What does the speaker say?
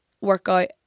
workout